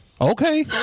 Okay